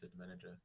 manager